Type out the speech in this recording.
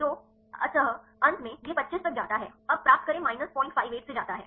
तो अंत में यह 25 तक जाता है अब प्राप्त करें माइनस 058 से जाता है